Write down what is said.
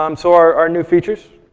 um so our new features.